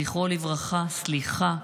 זכרו לברכה, סליחה,